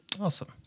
Awesome